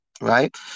right